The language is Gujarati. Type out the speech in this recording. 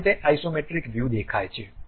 આ રીતે ઇસોમેટ્રિક વસ્તુ દેખાય છે